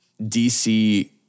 DC